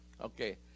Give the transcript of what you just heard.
Okay